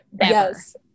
Yes